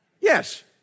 Yes